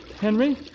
Henry